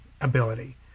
ability